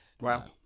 wow